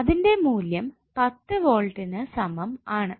അതിന്റെ മൂല്യം 10 വോൾട്ടിന് സമം ആണ്